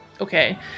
okay